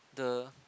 the